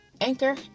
anchor